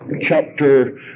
chapter